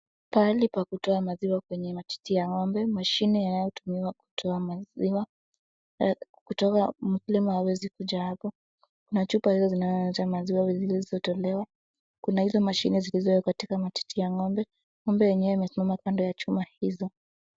Pahali pa kutoa maziwa kwenye matiti ya ng'ombe, mashine inayotumiwa kutoa maziwa, kutoa mkulima hawezi kuja hapo, na chupa hizo zinajaa maziwa vizuri zikitolewa, kuna hizo mashine zilizowekwa katika matiti ya ng'ombe, ng'ombe yenyewe imesimama kando ya chuma hizo.